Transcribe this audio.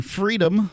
freedom